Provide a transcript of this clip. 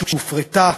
כשהיא הופרטה,